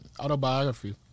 Autobiography